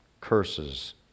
curses